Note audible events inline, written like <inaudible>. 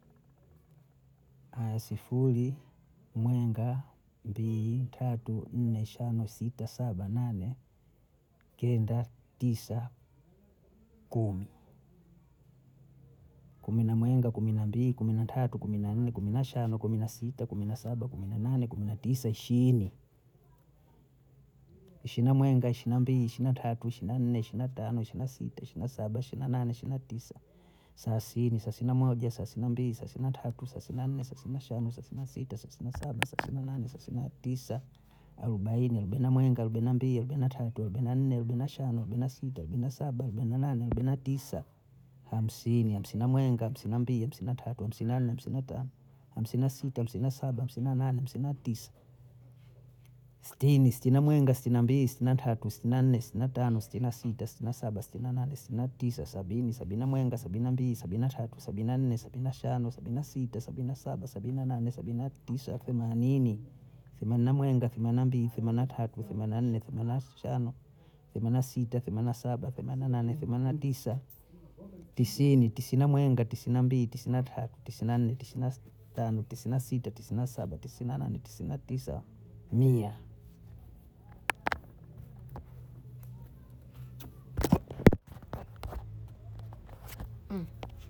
Aya sifuri mwenga mbiyi tatu nne shano sita saba nane kenda tisa kumi, kumi na mwenga kumi na mbili kumi na tatu kumi nanne kumi na shano kumi na sita kumi na saba kumi na nane kumi na tisa ishiini, ishina mwenga ishina mbiyi ishina tatu ishini na nne ishina tano ishina sita ishina saba ishina nane ishina tisa saasini, sasina moja sasina mbili sasina tatu sasina nne sasina shano sasina sita sasina saba sasina nane sasina tisa arobaini, arubaina mwenga arubaina mbili arubaina tatu arubaina nne arubaina shano arubaina sita arubaina saba arubaina nane arubaina tisa hamsini, hamsina mwenga hamsina mbili hamsina tatu hamsina nne hamsina tano hamsina sita hamsina saba hamsina nane hamsina tisa sitini, sitina mwenga sitina mbili sitina tatu sitina nne sitina tano sitina sita sitina saba sitina nane sitina tisa sabini, sabina mwenga sabina mbili sabina tatu sabina nne sabina shano sabina sita sabina saba sabina nane sabina tisa themanini, themanina mwenga themanina mbili themanina tatu themanina nne themanina shano themanina sita themanina saba themanina nane themanina tisa tisini, tisina mwenga tisina mbili tisina tatu tisina nne tisina tano tisina sita tisina saba tisina nane tisina tisa mia. <noise>